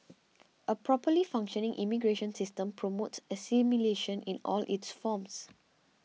a properly functioning immigration system promotes assimilation in all its forms